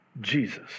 Jesus